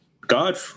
God